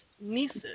nieces